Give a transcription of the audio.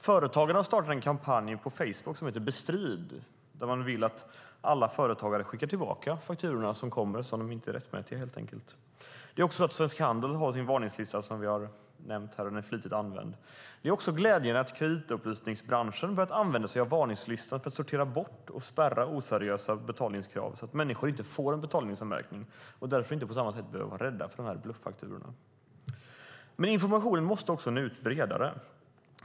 Företagarna har startat en kampanj på Facebook som heter Bestrid bluffakturorna. Man vill att företagare ska skicka tillbaka icke rättmätiga fakturor. Svensk Handels varningslista är också flitigt använd. Det är också glädjande att kreditupplysningsbranschen börjat använda sig av en varningslista för att sortera bort och spärra oseriösa betalningskrav så att människor inte får en betalningsanmärkning och därför inte på samma sätt behöver vara rädda för bluffakturorna. Men informationen måste också nå ut bredare.